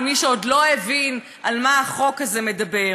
למי שעוד לא הבין על מה החוק הזה מדבר,